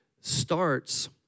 starts